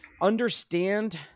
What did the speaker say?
understand